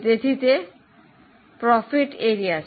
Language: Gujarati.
તેથી તે નફાનો એરિયા છે